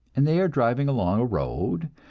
and they are driving along a road,